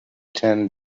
ten